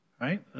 right